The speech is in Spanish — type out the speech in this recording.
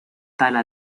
tala